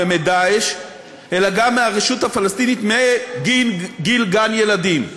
ו"מדאעש" אלא גם מהרשות הפלסטינית מגיל גן-ילדים.